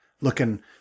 looking